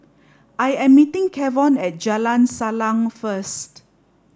I am meeting Kevon at Jalan Salang first